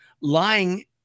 lying